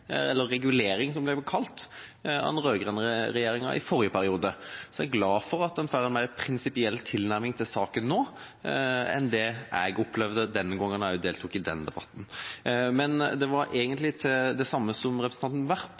eller regulering, som det ble kalt – av den rød-grønne regjeringa i forrige periode. Jeg er glad for at man får en mer prinsipiell tilnærming til saken nå enn det jeg opplevde den gangen, da jeg også deltok i debatten. Men jeg tok egentlig ordet til det samme som representanten Werp